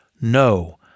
No